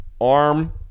arm